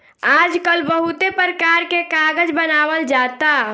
आजकल बहुते परकार के कागज बनावल जाता